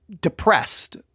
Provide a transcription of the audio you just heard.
depressed